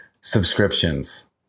subscriptions